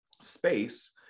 space